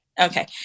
Okay